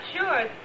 sure